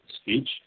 speech